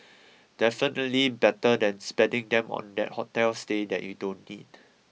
definitely better than spending them on that hotel stay that you don't need